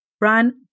Run